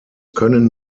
können